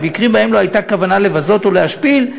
במקרים שבהם לא הייתה כוונה לבזות או להשפיל,